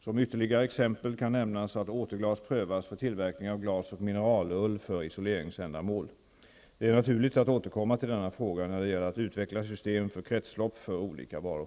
Som ytterligare exempel kan nämnas att återglas prövas för tillverkning av glas och mineralull för isoleringsändamål. Det är naturligt att återkomma till denna fråga när det gäller att utveckla system för kretslopp för olika varor.